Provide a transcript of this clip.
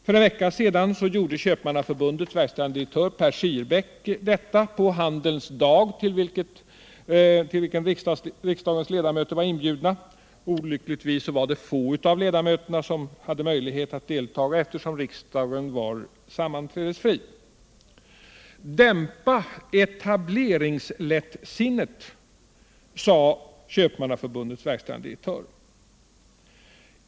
För en vecka sedan gjorde Köpmannaförbundets verkställande direktör Per Schierbeck detta på Handelns dag, till vilken riksdagens ledamöter var inbjudna. Olyckligtvis var det få av ledamöterna som hade tillfälle att delta, eftersom riksdagen var sammanträdesfri. Dämpa etableringslättsinnet, sade Köpmannaförbundets verkställande direktör.